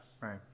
right